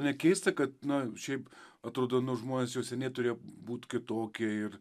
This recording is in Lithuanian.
nekeista kad na šiaip atrodo nu žmonės jau seniai turėjo būt kitokie ir